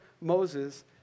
Moses